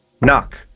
Knock